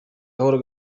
gahoro